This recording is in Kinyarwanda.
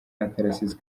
akarasisi